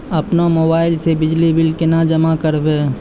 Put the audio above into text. अपनो मोबाइल से बिजली बिल केना जमा करभै?